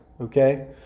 okay